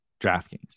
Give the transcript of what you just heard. DraftKings